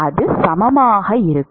அது சமமாக இருக்கும்